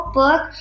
book